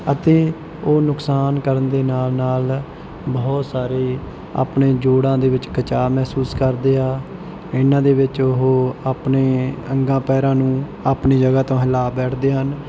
ਅਤੇ ਉਹ ਨੁਕਸਾਨ ਕਰਨ ਦੇ ਨਾਲ ਨਾਲ ਬਹੁਤ ਸਾਰੇ ਆਪਣੇ ਜੋੜਾਂ ਦੇ ਵਿੱਚ ਖਿਚਾਅ ਮਹਿਸੂਸ ਕਰਦੇ ਆ ਇਹਨਾਂ ਦੇ ਵਿੱਚ ਉਹ ਆਪਣੇ ਅੰਗਾਂ ਪੈਰਾਂ ਨੂੰ ਆਪਣੀ ਜਗ੍ਹਾ ਤੋਂ ਹਿਲਾ ਬੈਠਦੇ ਹਨ